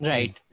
Right